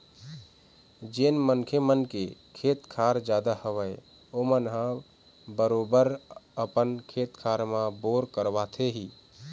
जेन मनखे मन के खेत खार जादा हवय ओमन ह बरोबर अपन खेत खार मन म बोर करवाथे ही